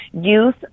youth